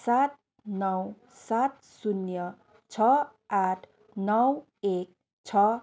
सात नौ सात शून्य छ आठ नौ एक छ